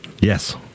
Yes